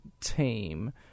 team